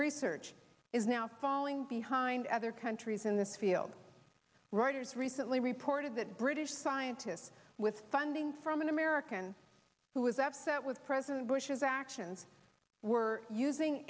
research is now falling behind other countries in this field reuters recently reported that british scientists with funding from an american who was upset with president bush's actions were using